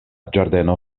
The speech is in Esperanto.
ĝardeno